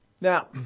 Now